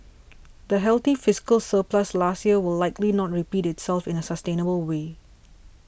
the healthy fiscal surplus last year will likely not repeat itself in a sustainable way